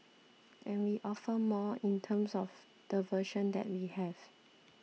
and we offer more in terms of the version that we have